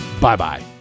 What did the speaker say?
Bye-bye